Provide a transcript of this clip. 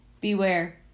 Beware